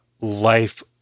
life